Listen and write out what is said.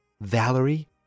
Valerie